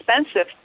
expensive